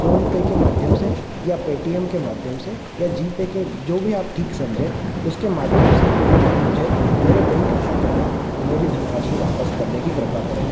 PhonePe के माध्यम से या पेटीएम के माध्यम से या जीपे के जो भी आप ठीक समझें उसके माध्यम से तुरंत मुझे मेरे बैंक खाते में मेरी धनराशि वापस करने की कृपा करें